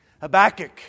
Habakkuk